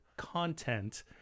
content